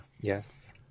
Yes